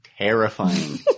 terrifying